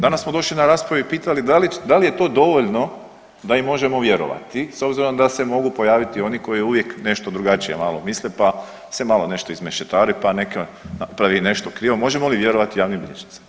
Danas smo došli na raspravu i pitali da li je to dovoljno da im možemo vjerovati s obzirom da se mogu pojaviti oni koji uvijek nešto drugačije malo misle pa se malo nešto izmešetari pa napravi nešto krivo, možemo li vjerovati javnim bilježnicima?